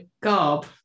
garb